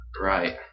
Right